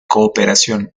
cooperación